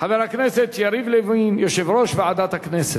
חבר הכנסת יריב לוין, יושב-ראש ועדת הכנסת.